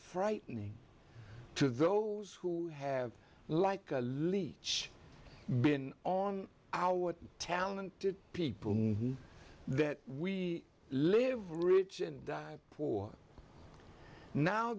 frightening to those who have like a leech been on our talented people that we live rich and poor now